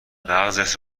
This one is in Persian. مغزت